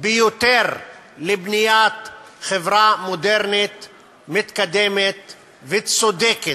ביותר לבניית חברה מודרנית מתקדמת וצודקת.